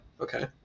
Okay